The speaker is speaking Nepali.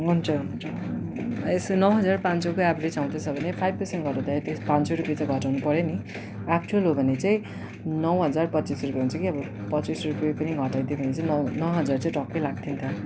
हुन्छ हुन्छ यसै नौ हजार पाँच सयको एभरेज आउँदैछ भने फाइभ पर्सेन्ट घटाउँदा पाँच सय रुपियाँ चाहिँ घटाउनु पऱ्यो नि एक्च्युल हो भने चाहिँ नौ हजार पच्चिस रुपियाँ हुन्छ के पच्चिस रुपियाँ पनि घटाइदियो भने चाहिँ नौ हजार चाहिँ ट्वाक्कै लाग्थ्यो नि त